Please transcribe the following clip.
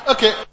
Okay